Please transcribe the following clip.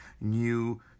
new